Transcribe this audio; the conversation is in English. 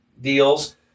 deals